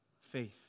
Faith